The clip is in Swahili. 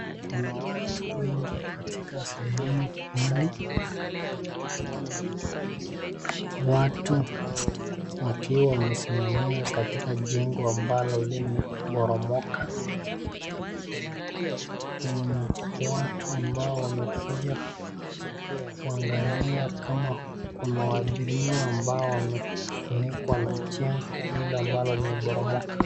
Kuna watu wengi katika sehemu hili, watu wakiwa wamesimamia katika jengo ambalo lina poromoka. Kuna watu ambao wamekuja kuangalia kama kuna waathiriwa ambao wamefunikwa na jengo hilo ambalo limeporomoka.